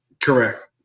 Correct